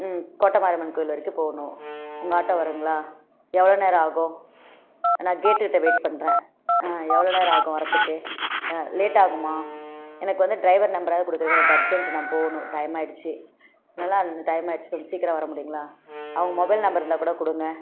ம் கோட்டை மாரியம்மன் கோயில் வரைக்கும் போகணும் உங்கள் ஆட்டோ வருங்களா எவ்வளோ நேரம் ஆகும் நான் கேட்டு கிட்டே வெயிட் பண்ணுறேன் எவ்வளோ நேரம் ஆகும் வர்றத்துக்கு லேட் ஆகுமா எனக்கு வந்து ட்ரைவர் நம்பராவது கொடுக்குறிங்க எனக்கு அர்ஜெண்ட்டு நான் போகணும் டைம் ஆகிடிச்சி நல்லா டைம் ஆகிடிச்சி கொஞ்சம் சீக்கிரம் வர முடியுங்களா அவங்க மொபைல் நம்பர் இருந்தால்கூட கொடுங்க